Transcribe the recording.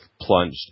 plunged